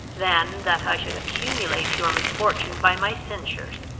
than that i should accumulate your misfortune by my censures.